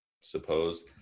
Suppose